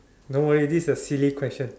no worry this is a silly question